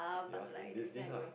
ya then dean's list lah